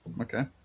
okay